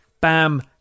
bam